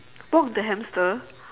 walk the hamster